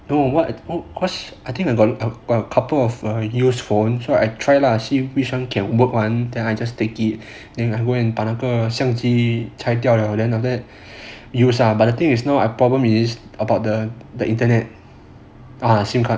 no what cause I think I got a couple of a used phone so I try lah see which [one] can work [one] that I just take it then I go and 把那个相机裁掉了 then use ah but the thing is no my problem is about the the internet ah sim card